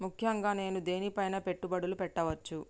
ముఖ్యంగా నేను దేని పైనా పెట్టుబడులు పెట్టవచ్చు?